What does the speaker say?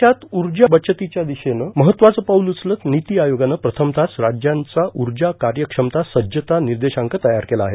देशात ऊर्जा बचतीच्या दिशेनं महत्वाचं पाऊल उचलत निती आयोगानं प्रथमतःच राज्यांचा ऊर्जा कार्यक्षमता सञ्जता निर्देशांक तयार केला आहे